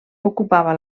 ocupava